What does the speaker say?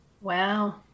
Wow